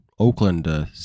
Oakland